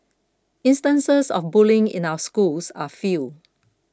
instances of bullying in our schools are few